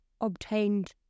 obtained